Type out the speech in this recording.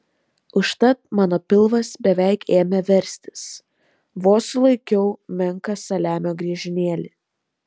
užtat mano pilvas beveik ėmė verstis vos sulaikiau menką saliamio griežinėlį